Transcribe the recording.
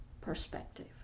perspective